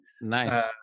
Nice